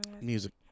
Music